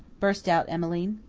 burst out emmeline.